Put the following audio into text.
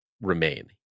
remain